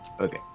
Okay